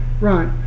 Right